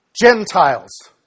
Gentiles